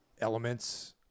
elements